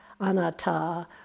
anatta